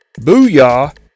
booyah